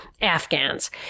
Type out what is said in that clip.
Afghans